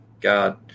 God